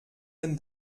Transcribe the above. denn